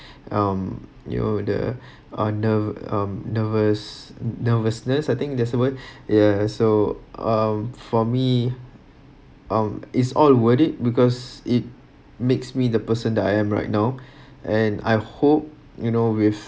um you know the uh ner~ um nervous nervousness I think there's the word yes so um for me um it's all worth it because it makes me the person that I am right now and I hope you know with